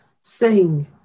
sing